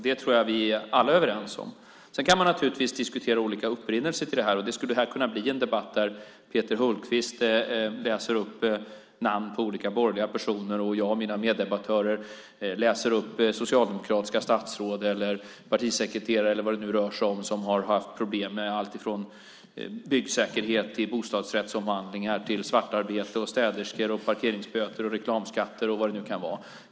Det tror jag att vi alla är överens om. Sedan kan man naturligtvis diskutera olika upprinnelser till detta. Det skulle kunna bli en debatt där Peter Hultqvist läser upp namn på olika borgerliga personer, och jag och mina meddebattörer läser upp namn på socialdemokratiska statsråd eller partisekreterare som har haft problem med alltifrån byggsäkerhet till bostadsrättsomvandlingar till svartarbete, städerskor, parkeringsböter, reklamskatter och vad det nu kan vara.